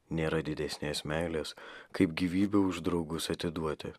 nėra didesnės meilės kaip gyvybę už draugus atiduoti